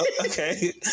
okay